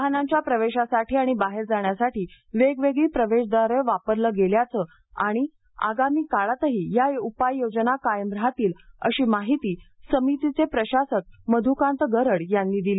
वाहनांच्या प्रवेशासाठी आणि बाहेर जाण्यासाठी वेगवेगळी प्रवेशद्वारे वापरली गेल्याचे आणि आगामी काळातही या उपाययोजना कायम राहातील अशी माहिती समितीचे प्रशासक मधुकांत गरड यांनी दिली